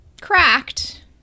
cracked